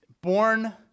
born